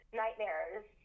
nightmares